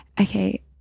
okay